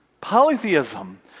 Polytheism